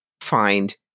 find